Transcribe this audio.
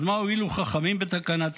אז מה הועילו חכמים בתקנתם?